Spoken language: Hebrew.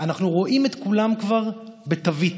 אנחנו רואים את כולם כבר בתווית,